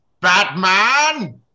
batman